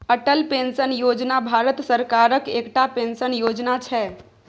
Atal pension Yojana Bharat सरकारक एकटा pension योजना छै